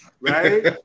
right